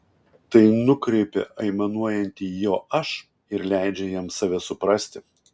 tai nukreipia aimanuojantįjį į jo aš ir leidžia jam save suprasti